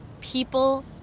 People